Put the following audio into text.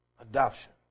Adoption